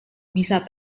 bisa